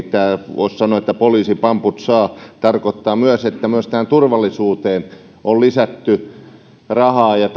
voisi sanoa että poliisi pamput saa se tarkoittaa sitä että myös turvallisuuteen on lisätty rahaa ja